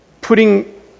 putting